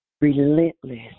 relentless